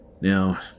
Now